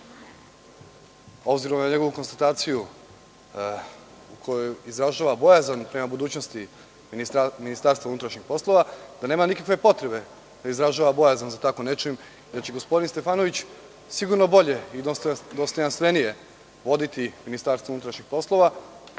obzirom na njegovu konstataciju koju izražava bojazan prema budućnosti Ministarstva unutrašnjih poslova, da nema nikakve potrebe da izražava bojazan za tako nečim, da će gospodin Stefanović sigurno bolje i dostojanstvenije voditi Ministarstvo unutrašnjih poslova.